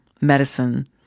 medicine